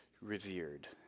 revered